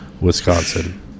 Wisconsin